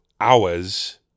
Hours